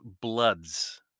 bloods